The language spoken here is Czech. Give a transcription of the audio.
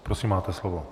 Prosím, máte slovo.